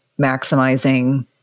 maximizing